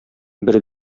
бер